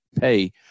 pay